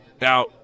Now